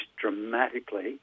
dramatically